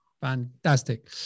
Fantastic